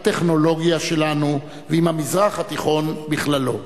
הטכנולוגיה שלנו ועם המזרח התיכון בכללו.